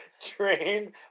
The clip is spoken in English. train